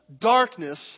darkness